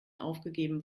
aufgegeben